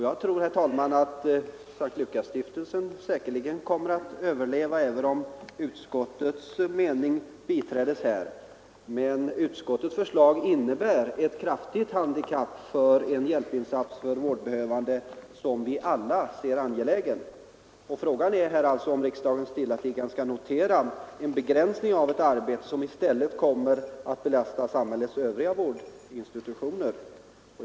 Jag är säker på att S:t Lukasstiftelsen kommer att överleva, även om utskottets mening biträds, men utskottets förslag innebär ett kraftigt handikapp i en hjälpinsats för vårdbehövande, vilken vi alla finner angelägen. Frågan är om riksdagen stillatigande skall notera att ifrågavarande arbete begränsas, något som leder till att samhällets övriga vårdinstitutioner kommer att belastas i stället.